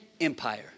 Empire